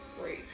great